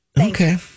Okay